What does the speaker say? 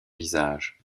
visage